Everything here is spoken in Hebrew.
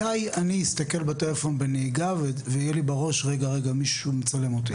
מתי אני אסתכל בטלפון בנהיגה ויהיה לי בראש רגע רגע מישהו מצלם אותי?